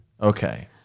Okay